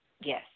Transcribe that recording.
yes